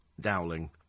Dowling